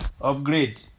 upgrade